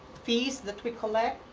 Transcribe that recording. fees that we collect.